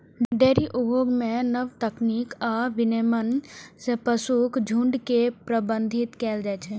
dairy उद्योग मे नव तकनीक आ विनियमन सं पशुक झुंड के प्रबंधित कैल जाइ छै